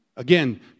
Again